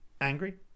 angry